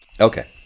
okay